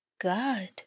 God